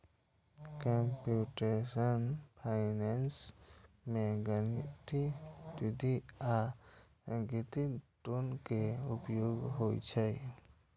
computational finance मे गणितीय वित्त आ सांख्यिकी, दुनू के उपयोग होइ छै